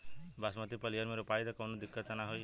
बासमती पलिहर में रोपाई त कवनो दिक्कत ना होई न?